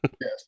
yes